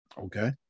okay